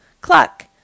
Cluck